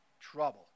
trouble